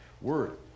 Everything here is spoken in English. word